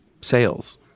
sales